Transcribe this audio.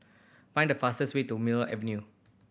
find the fastest way to Mill Avenue